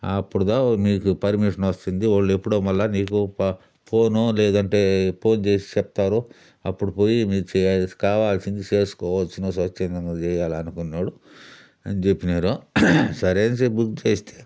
అప్పుడు దా మీకు పర్మీషన్ వస్తంది వాళ్ళెప్పుడో మళ్ళా నీకు ప ఫోనో లేదంటే ఫోన్ చేసి చెప్తారు అప్పుడు పోయి మీరు కావాల్సింది చేసుకోవచ్చును స్వచ్ఛందంగా చెయ్యాలనుకునే వోళ్ళు అనిచెప్పినారు సరే అని చెప్పి బుక్ చేస్తే